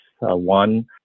one